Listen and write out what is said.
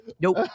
Nope